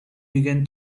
began